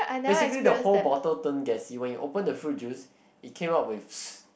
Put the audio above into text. basically the whole bottle turn gassy when you open the fruit juice it came out with